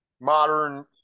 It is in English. modern